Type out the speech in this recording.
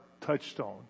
touchstone